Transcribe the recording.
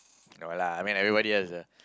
no lah I mean everybody has a